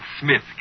Smith